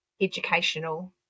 educational